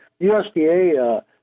USDA